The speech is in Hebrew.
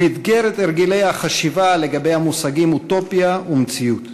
הוא אתגר את הרגלי החשיבה לגבי המושגים אוטופיה ומציאות,